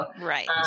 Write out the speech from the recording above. Right